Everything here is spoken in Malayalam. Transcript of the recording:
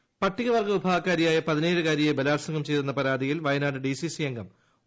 പോക്സോ കേസ് പട്ടിക വർഗ വിഭാഗക്കാരിയായ പതിനേഴുകാരിയെ ബലാത്സംഗം ചെയ്തെന്ന് പരാതിയിൽ വയനാട് ഡിസിസി അംഗം ഒ